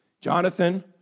Jonathan